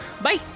Bye